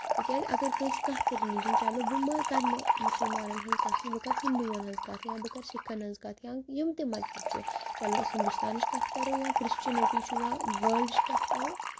تِکیازِ اَگر کٲنٛسہِ کانٛہہ تہِ رِیٚلِجن چلو بہٕ کرنہٕ مُسلمانن ہنٛز کَتھ بہٕ کرٕ ہِندُون ہنٛز کَتھ یا بہٕ کرٕ سِکھن ہنٛز کَتھ یا یِم تہِ مَزہب چھِ چلو أسۍ ہِندوستانٕچ کَتھ کرو یا کرِشچَنٹی چھُ یا والڑٕچ کَتھ کرو